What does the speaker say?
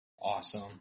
Awesome